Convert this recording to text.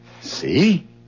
See